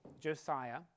Josiah